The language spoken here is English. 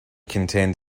contained